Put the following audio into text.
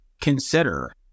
consider